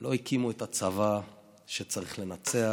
לא הקימו את הצבא שצריך לנצח,